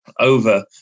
over